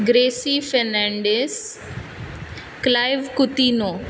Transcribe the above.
Gracy Fernandes Clive Coutinho